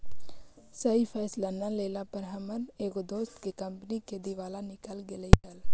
सही फैसला न लेला पर हमर एगो दोस्त के कंपनी के दिवाला निकल गेलई हल